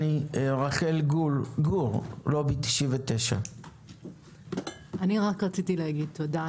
רחל גור, לובי 99. רציתי לומר תודה.